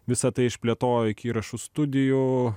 visa tai išplėtojo iki įrašų studijų